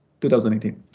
2018